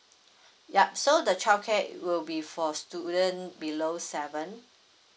yup so the childcare will be for student below seven